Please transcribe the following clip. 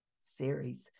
series